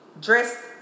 dress